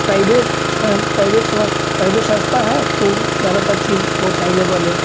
private सन private समास private संस्था है तो ज़्यादातर फ़ीस बहुत हाई लेवल है